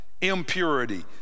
impurity